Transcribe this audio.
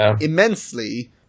immensely